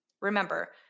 Remember